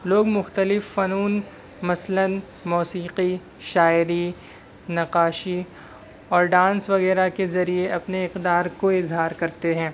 لوگ مختلف فنون مثلاً موسیقی شاعری نقاشی اور ڈانس وغیرہ کے ذریعے اپنے اقدار کو اظہار کرتے ہیں